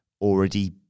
already